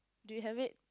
do you have it